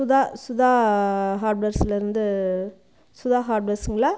சுதா சுதா ஹார்ட்வேர்ஸ்லேருந்து சுதா ஹார்ட்வேர்ஸுங்களா